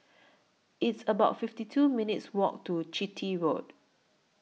It's about fifty two minutes' Walk to Chitty Road